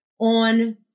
on